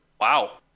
wow